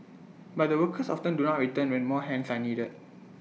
but the workers often do not return when more hands are needed